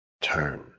Turn